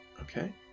Okay